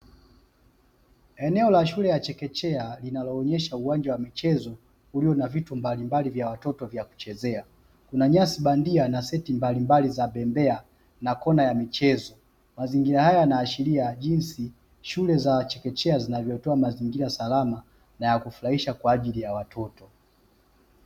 Eneo la shule ya chekechea linaloonyesha uwanja wa michezo ulio na vitu mbalimbali vya watoto vya kuchezea, una nyasi bandia na seti mbalimbali za bembea na kona ya michezo, mazingira haya yanaashiria jinsi shule za chekechea zinavyotoa mazingira salama na ya kufurahisha kwa ajili ya watoto.